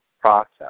process